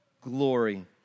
glory